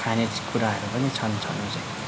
खाने कुराहरू पनि छन् छनु चाहिँ